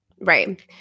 right